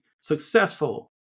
successful